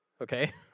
okay